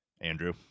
Andrew